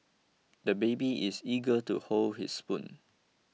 the baby is eager to hold his spoon